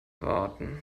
warten